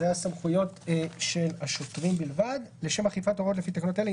סמכויות שוטר לשם אכיפת ההוראות לפי תקנות אלה,